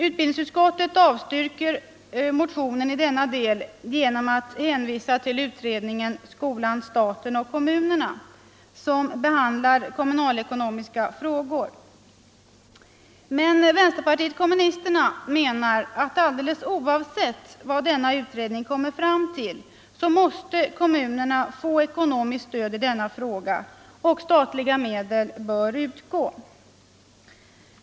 Utskottet avstyrker motionen i denna del genom att hänvisa till utredningen om skolan, staten och kommunerna, som behandlar kommunalekonomiska frågor. Men vpk menar att kommunerna alldeles oavsett vad denna utredning kommer fram till måste få ekonomiskt stöd i denna fråga och att statliga medel bör utgå.